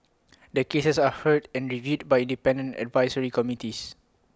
the cases are heard and reviewed by independent advisory committees